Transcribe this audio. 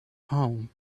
home